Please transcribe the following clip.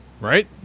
right